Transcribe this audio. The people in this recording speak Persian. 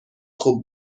خوب